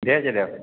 भेज देब